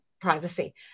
privacy